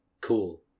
Cool